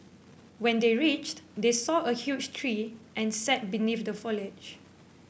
when they reached they saw a huge tree and sat beneath the foliage